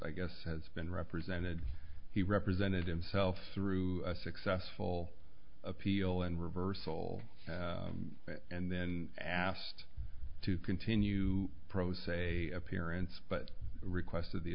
i guess has been represented he represented himself through a successful appeal and reversal and then asked to continue pro se appearance but requested the